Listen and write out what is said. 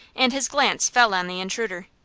and his glance fell on the intruder.